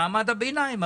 מעמד הביניים,